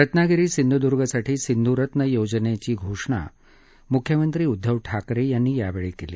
रत्नागिरी सिंधुदुर्गसाठी सिंधू रत्न योजनेची घोषणा मुख्यमंत्री उद्दव ठाकरे यांनी यावेळी केली